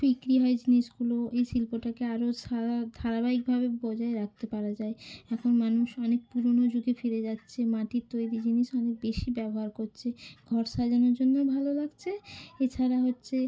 বিক্রি হয় জিনিসগুলো এই শিল্পটাকে আরও ধারাবাহিকভাবে বজায় রাখতে পারা যায় এখন মানুষ অনেক পুরনো যুগে ফিরে যাচ্ছে মাটির তৈরি জিনিস অনেক বেশি ব্যবহার করছে ঘর সাজানোর জন্যে ভালো লাগছে এছাড়া হচ্ছে